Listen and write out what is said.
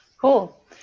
Cool